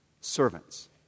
servants